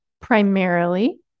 primarily